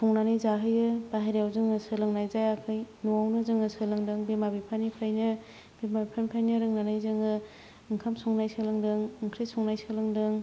संनानै जाहोयो बाहेरायाव जों सोलोंनाय जायाखै न'आवनो जोङो सोलोंदों बिमा बिफानिफ्रायनो बिमा बिफानिफ्रायनो रोंनानै जोङो ओंखाम संनाय सोलोंदों ओंख्रि संनाय सोलोंदों